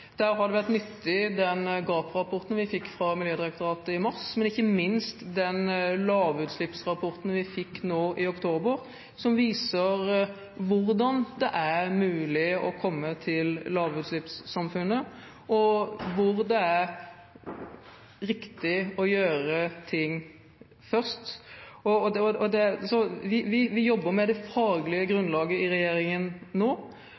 Der har den Gap-rapporten vi fikk fra Miljødirektoratet i mars, vært nyttig, men ikke minst den lavutslippsrapporten vi fikk nå i oktober, som viser hvordan det er mulig å komme til lavutslippssamfunnet, og hvor det er riktig å gjøre ting først. Så vi jobber med det faglige grunnlaget i regjeringen nå og har sagt at vi